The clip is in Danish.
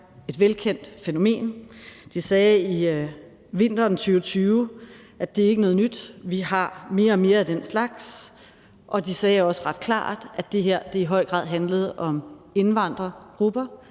et velkendt fænomen. De sagde i vinteren 2020, at det ikke er noget nyt; vi har mere og mere af den slags. De sagde også ret klart, at det her i høj grad handlede om indvandrergrupper,